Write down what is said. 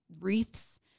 wreaths